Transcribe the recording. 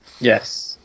yes